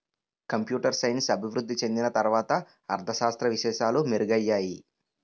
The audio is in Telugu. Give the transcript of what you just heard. కంప్యూటర్ సైన్స్ అభివృద్ధి చెందిన తర్వాత అర్ధ శాస్త్ర విశేషాలు మెరుగయ్యాయి